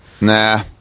Nah